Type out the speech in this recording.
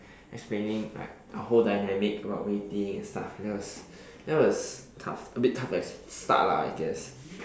explaining like our whole dynamic about waiting and stuff and that was that was tough a bit tough to ex~ at the start lah I guess